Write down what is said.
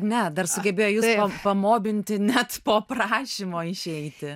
ne dar sugebėjo jus pa pamobinti net po prašymo išeiti